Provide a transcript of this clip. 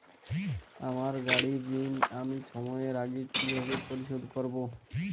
আমার গাড়ির ঋণ আমি সময়ের আগে কিভাবে পরিশোধ করবো?